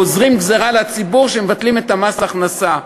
גוזרים גזירה על הציבור שמבטלים העלאת מס ההכנסה.